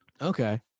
okay